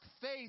faith